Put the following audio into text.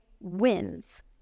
wins